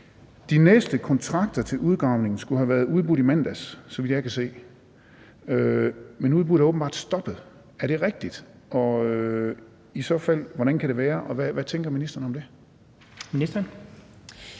De næste kontrakter til udgravningen skulle have været udbudt i mandags, så vidt jeg kan se, men udbuddet er åbenbart stoppet. Er det rigtigt, og i så fald, hvordan kan det være, og hvad tænker ministeren om det?